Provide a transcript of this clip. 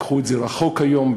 לקחו את זה רחוק היום,